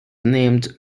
named